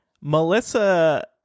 Melissa